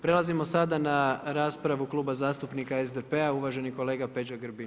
Prelazimo sada na raspravu Kluba zastupnika SDP-a uvaženi kolega Peđa Grbin.